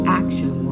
action